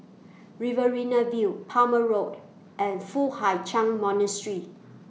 Riverina View Palmer Road and Foo Hai Ch'An Monastery